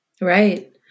Right